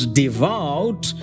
devout